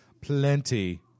plenty